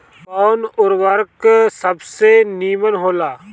कवन उर्वरक सबसे नीमन होला?